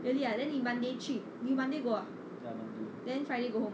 really ah then 你 monday 去 monday you monday go ah then friday go home